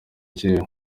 ciwe